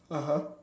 (uh huh)